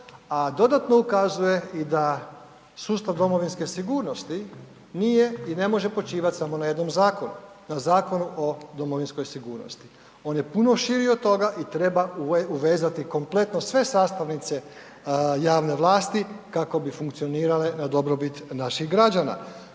dodatno ukazuje i da sustav domovinske sigurnosti nije i ne može počivat samo na jednom zakonu, na Zakonu o domovinskoj sigurnosti. On je puno širi od toga i treba uvezati kompletno sve sastavnice javne vlasti kako bi funkcionirale na dobrobit naših građana.